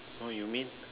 oh you mean